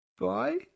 Bye